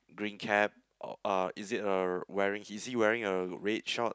green cap or uh is it uh wearing is he wearing a red short